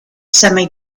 semi